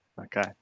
okay